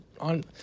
on